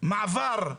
שתבוא להתלונן אצל היו"ר,